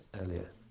earlier